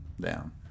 down